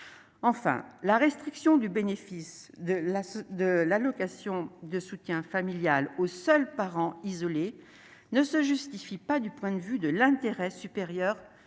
enfin la restriction du bénéfice de la assaut de l'allocation de soutien familial au seul parent isolé ne se justifie pas du point de vue de l'intérêt supérieur des